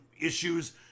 issues